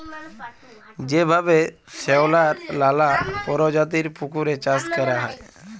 যেভাবে শেঁওলার লালা পরজাতির পুকুরে চাষ ক্যরা হ্যয়